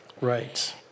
Right